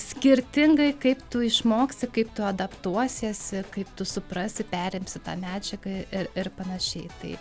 skirtingai kaip tu išmoksi kaip tu adaptuosiesi kaip tu suprasi perimsi tą medžiagą ir ir panašiai tai